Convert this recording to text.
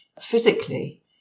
physically